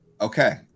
Okay